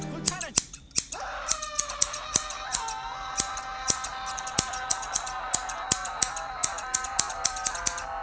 i? but are